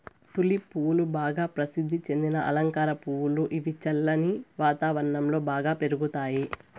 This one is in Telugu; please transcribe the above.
తులిప్ పువ్వులు బాగా ప్రసిద్ది చెందిన అలంకార పువ్వులు, ఇవి చల్లని వాతావరణం లో బాగా పెరుగుతాయి